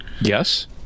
Yes